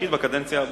אני חושב שאתה,